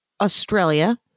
Australia